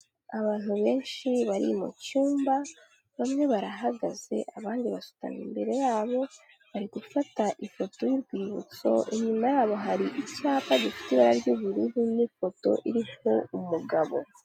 Abantu benshi bari mu cyumba, bamwe barahagaze, abandi basutamye imbere yabo bari gufata ifoto y'urwibutso, inyuma yabo hari icyapa gifite ibara ry'ubururu n'ifoto iriho umugabo.